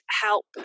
help